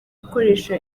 gukoresha